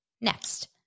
Next